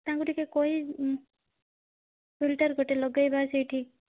ତାଙ୍କୁ ଟିକେ କହି ଫିଲିଟର୍ ଗୋଟେ ଲଗାଇବା ସେଇଠି